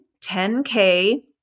10k